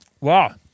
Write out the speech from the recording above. Wow